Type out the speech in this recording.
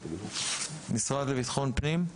המשרד לבטחון פנים?